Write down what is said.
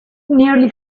nearly